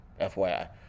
FYI